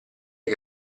che